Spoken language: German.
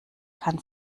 kann